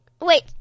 Wait